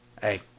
Hey